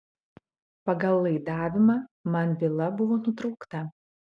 pagal laidavimą man byla buvo nutraukta